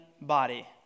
body